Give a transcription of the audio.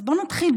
אז בואו נתחיל.